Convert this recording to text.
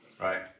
Right